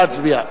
נא להצביע.